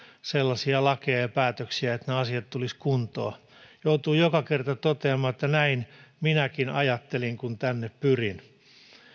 sellaisia lakeja ja päätöksiä että nämä asiat tulisivat kuntoon joutuu joka kerta toteamaan että näin minäkin ajattelin kun tänne pyrin